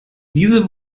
diese